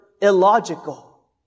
illogical